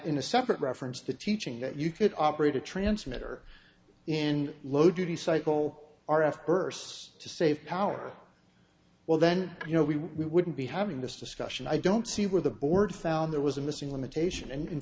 in a separate reference the teaching that you could operate a transmitter and low duty cycle are after her first to save power well then you know we wouldn't be having this discussion i don't see where the board found there was a missing limitation and in